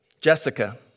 Jessica